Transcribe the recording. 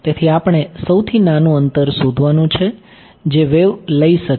તેથી આપણે સૌથી નાનું અંતર શોધવાનું છે જે વેવ લઈ શકે છે